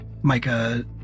Micah